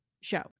show